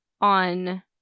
on